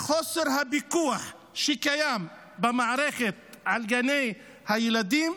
בחוסר הפיקוח שקיים במערכת על גני הילדים,